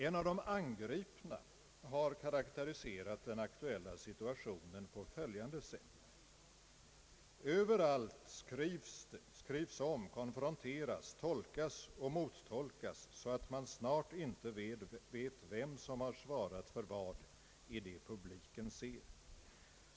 En av de angripna har karakteriserat den aktuella situationen på följande sätt: ”Överallt skrivs det, skrivs om, konfronteras, tolkas och mottolkas, så att man snart inte vet vem som har svarat för vad i det publiken ser.